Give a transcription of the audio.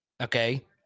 Okay